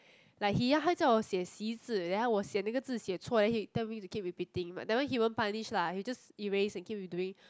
like he 他叫我写细字 then 我还写那个字我写错 then he tell me to keep repeating but that one he won't punish lah he just erase and keep redoing